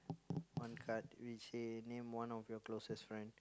one card which say name one of your closest friend